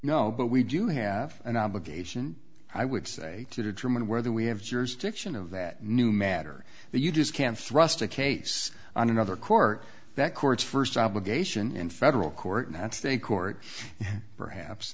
no but we do have an obligation i would say to determine whether we have jurisdiction of that new matter that you just can't thrust a case on another court that court's first obligation in federal court and i think court perhaps